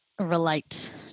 relate